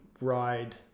ride